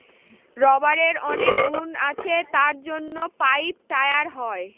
রাবারের অনেক গুণ আছে তার জন্য পাইপ, টায়ার হয়